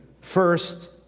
First